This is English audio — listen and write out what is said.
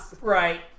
right